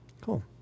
cool